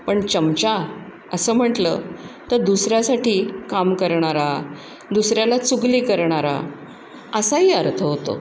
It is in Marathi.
पण च्यमच्या असं म्हटलं तर दुसऱ्यासाठी काम करणारा दुसऱ्याला चुगली करणारा असाही अर्थ होतो